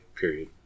period